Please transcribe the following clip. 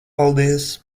paldies